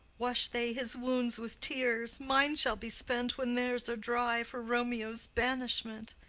wash they his wounds with tears? mine shall be spent, when theirs are dry, for romeo's banishment.